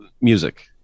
Music